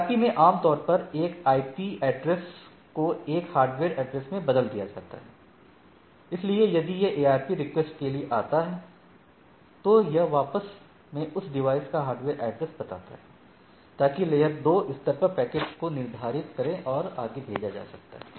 ARP में आम तौर पर एक आईपी एड्रेस को एक हार्डवेयर एड्रेस में बदल दिया जाता है इसलिए यदि यह ARP रिक्वेस्ट के लिए जाता है तो यह वापस मैं उस डिवाइस का हार्डवेयर एड्रेस बताता है ताकि लेयर 2 स्तर पर पैकेट को निर्धारित करें आगे भेजा जा सकता है